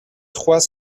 trois